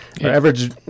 Average